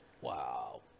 Wow